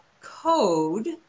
code